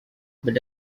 but